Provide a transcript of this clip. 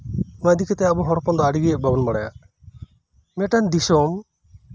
ᱚᱱᱟ ᱤᱫᱤ ᱠᱟᱛᱮᱫ ᱟᱵᱚ ᱦᱚᱲ ᱦᱚᱯᱚᱱ ᱥᱟᱹᱨᱤᱜᱮ ᱵᱟᱵᱚᱱ ᱵᱟᱲᱟᱭᱟ ᱢᱤᱫ ᱴᱮᱱ ᱫᱤᱥᱚᱢ